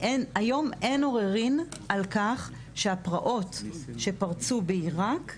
היום אין עוררין על כך שהפרעות שפרצו בעירק,